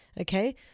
Okay